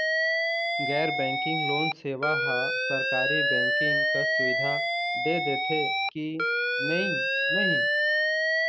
गैर banking loan सेवा हा सरकारी बैंकिंग कस सुविधा दे देथे कि नई नहीं?